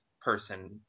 person